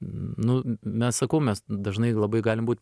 nu mes sakau mes dažnai labai galim būt